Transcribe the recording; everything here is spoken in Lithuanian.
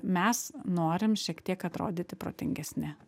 mes norim šiek tiek atrodyti protingesni